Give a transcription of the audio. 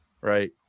right